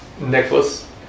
necklace